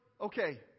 okay